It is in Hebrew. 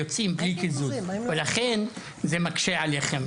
יוצאים בלי קיזוז ולכן זה מקשה עליכם.